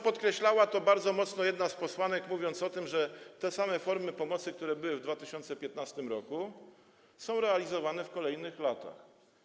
Podkreślała to bardzo mocno jedna z posłanek, mówiąc o tym, że te same formy pomocy, które były w 2015 r., są realizowane w kolejnych latach.